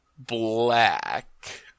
Black